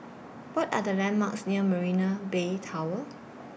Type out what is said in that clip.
What Are The landmarks near Marina Bay Tower